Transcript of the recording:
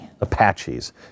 Apaches